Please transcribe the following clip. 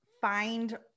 find